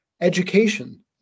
education